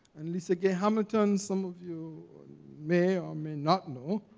and lisa gay hamilton, some of you may or may not know,